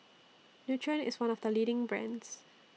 Nutren IS one of The leading brands